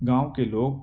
گاؤں کے لوگ